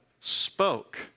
spoke